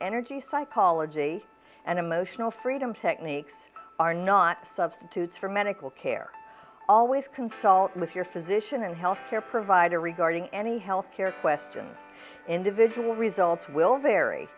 energy psychology and emotional freedom techniques are not substitutes for medical care always consult with your physician and healthcare provider regarding any health care question individual results will vary